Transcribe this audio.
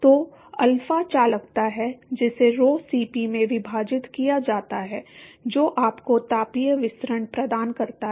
तो अल्फा चालकता है जिसे rho Cp से विभाजित किया जाता है जो आपको तापीय विसरण प्रदान करता है